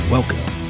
Welcome